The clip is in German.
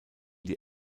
die